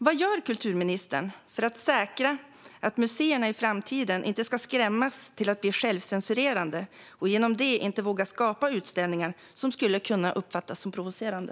Vad gör kulturministern för att säkra att museerna i framtiden inte ska skrämmas till att bli självcensurerande och därmed inte våga skapa utställningar som skulle kunna uppfattas som provocerande?